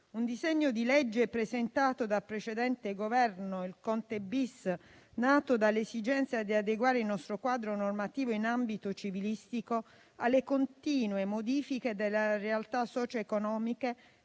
un disegno di legge presentato dal precedente Governo, il Conte *bis*, nato dall'esigenza di adeguare il nostro quadro normativo in ambito civilistico alle continue modifiche della realtà socio-economica